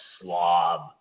slob